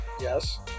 Yes